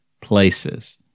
places